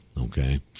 Okay